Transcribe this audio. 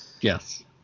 yes